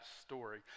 story